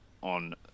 on